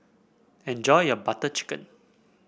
enjoy your Butter Chicken